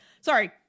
Sorry